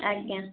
ଆଜ୍ଞା